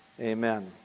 Amen